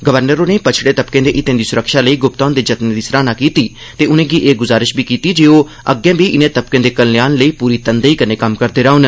governor होरें पच्छड़े तबकें दे हितें दी सुरक्षा लेई गुप्ता हुंदे जतनें दी सराहना कीती ते उनें'गी एह् गुजारिश बी कीती जे ओह् अग्गे बी इनें तबकें दे कल्याण लेई पूरी तनदेई कन्नै कम्म करदे रौह्न